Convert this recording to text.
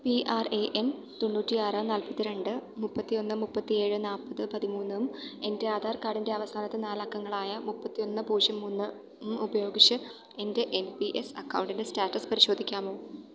P R A N തൊണ്ണൂറ്റിയാറ് നാല്പ്പത്തിരണ്ട് മുപ്പത്തിയൊന്ന് മുപ്പത്തിയേഴ് നാല്പത് പതിമൂന്നും എൻ്റെ ആധാർ കാർഡിൻ്റെ അവസാനത്തെ നാലക്കങ്ങളായ മുപ്പത്തിയൊന്ന് പൂജ്യം മൂന്നും ഉപയോഗിച്ച് എൻ്റെ എൻ പി എസ് അക്കൗണ്ടിൻ്റെ സ്റ്റാറ്റസ് പരിശോധിക്കാമോ